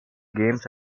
games